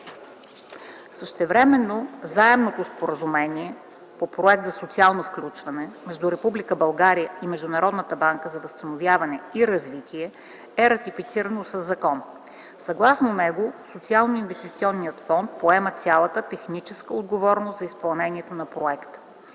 Същевременно Заемното споразумение (Проект за социално включване) между Република България и Международната банка за възстановяване и развитие е ратифицирано със закон. Съгласно него Социалноинвестиционният фонд поема цялата техническа отговорност за изпълнението на проекта.